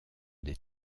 des